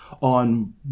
on